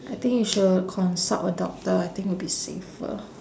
I think you should consult a doctor I think will be safer